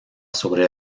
sobre